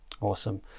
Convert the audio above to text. Awesome